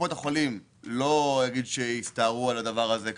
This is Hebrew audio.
קופות החולים לא הסתערו על זה.